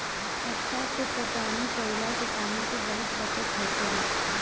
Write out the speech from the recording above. हत्था से पटौनी कईला से पानी के बहुत बचत होखेला